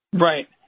Right